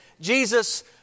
Jesus